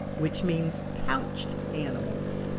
which means pouched animals.